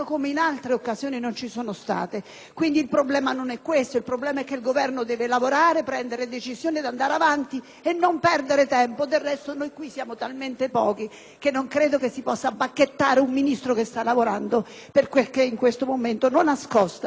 Quindi, il problema non è questo. Il problema è piuttosto che il Governo deve lavorare, prendere decisioni, andare avanti e non perdere tempo. Del resto, noi qui siamo talmente pochi che non credo si possa bacchettare un Ministro che sta lavorando per il solo fatto che in questo momento non ascolta i nostri sussulti.